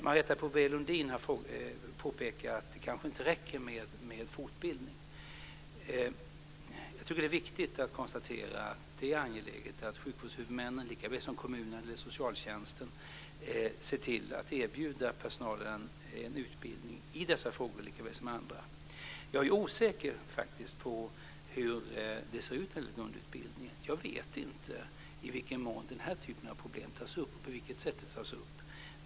Marietta de Pourbaix-Lundin påpekade att det kanske inte räcker med fortbildning. Jag tycker att det är viktigt att konstatera att det är angeläget att sjukvårdshuvudmännen likaväl som kommunen eller socialtjänsten ser till att erbjuda personalen en utbildning i dessa frågor likaväl som i andra. Jag är faktiskt osäker på hur det ser ut i grundutbildningen. Jag vet inte i vilken mån den här typen av problem tas upp och på vilket sätt.